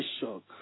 shock